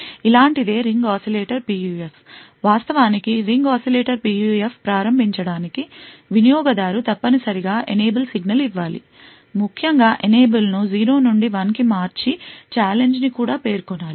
ఇలాంటిదే ring oscillator PUF వాస్తవానికి ring oscillator PUFను ప్రారంభించడానికి వినియోగదారు తప్పనిసరిగా ఎనేబుల్ సిగ్నల్ ఇవ్వాలి ముఖ్యంగా ఎనేబుల్ను 0 నుండి 1 కి మర్చి ఛాలెంజ్ ని కూడా పేర్కొనాలి